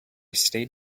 stayed